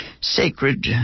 sacred